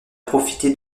profité